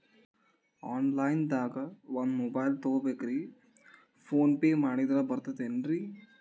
Online ದಾಗ ಒಂದ್ mobile ತಗೋಬೇಕ್ರಿ ಫೋನ್ ಪೇ ಮಾಡಿದ್ರ ಬರ್ತಾದೇನ್ರಿ?